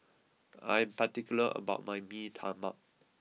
I am particular about my Mee Tai Mak